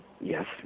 Yes